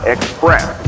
Express